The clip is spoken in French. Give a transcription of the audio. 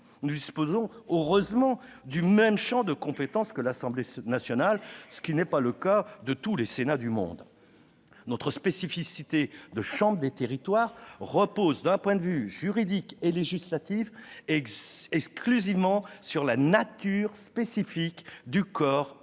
Nous disposons heureusement du même champ de compétences que l'Assemblée nationale, ce qui n'est pas le cas pour tous les sénats dans le monde. Notre spécificité de « chambre des territoires » repose, d'un point de vue juridique et législatif, exclusivement sur la nature du corps